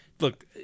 Look